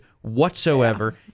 whatsoever